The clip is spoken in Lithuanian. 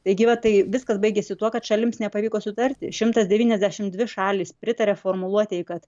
taigi va tai viskas baigėsi tuo kad šalims nepavyko sutarti šimtas devyniasdešim dvi šalys pritarė formuluotei kad